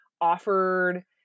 offered